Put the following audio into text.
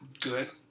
good